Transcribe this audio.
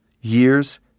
Years